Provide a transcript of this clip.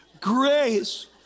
Grace